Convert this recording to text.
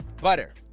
Butter